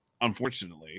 unfortunately